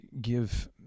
give